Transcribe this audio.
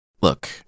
Look